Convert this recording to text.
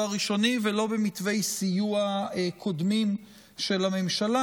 הראשוני ולא במתווי סיוע קודמים של הממשלה,